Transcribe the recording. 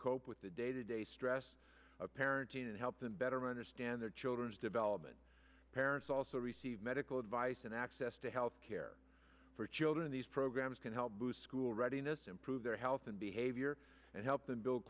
cope with the day to day stress of parenting and help them better understand their children's development parents also receive medical advice and access to health care for children these programs can help boost school readiness improve their health and behavior and help them build